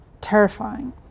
terrifying